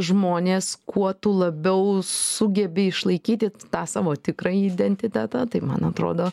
žmonės kuo tu labiau sugebi išlaikyti tą savo tikrąjį identitetą tai man atrodo